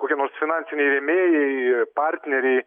kokie nors finansiniai rėmėjai partneriai